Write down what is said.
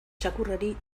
txakurrari